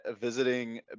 visiting